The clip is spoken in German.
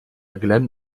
glenn